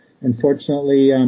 Unfortunately